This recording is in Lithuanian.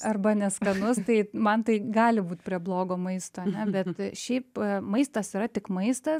arba neskanus tai man tai gali būt prie blogo maisto bet šiaip maistas yra tik maistas